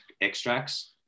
extracts